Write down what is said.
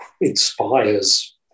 Inspires